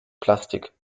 plastik